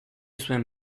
zuen